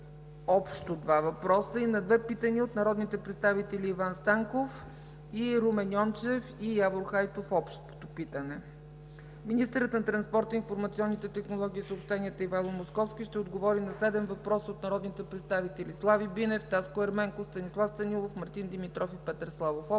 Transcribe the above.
общо два въпроса, и на две питания от народните представители Иван Станков; и Румен Йончев и Явор Хайтов – общо питане. 12. Министърът на транспорта, информационните технологии и съобщенията Ивайло Московски ще отговори на седем въпроса от народните представители Слави Бинев; Таско Ерменков; Станислав Станилов; Мартин Димитров и Петър Славов